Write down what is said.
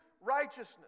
righteousness